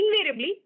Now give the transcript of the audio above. Invariably